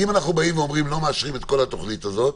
כי אם אנחנו אומרים לא מאשרים את כל התוכנית הזאת,